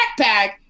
backpack